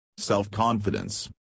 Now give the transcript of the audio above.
self-confidence